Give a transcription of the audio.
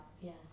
Yes